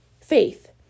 faith